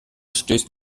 stößt